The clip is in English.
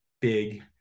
big